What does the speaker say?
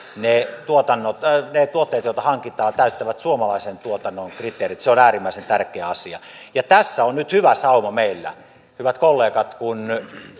ne tuotteet joita hankitaan täyttävät suomalaisen tuotannon kriteerit se on äärimmäisen tärkeä asia tässä on nyt hyvä sauma meillä hyvät kollegat kun